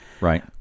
Right